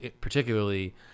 particularly